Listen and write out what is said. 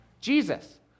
Jesus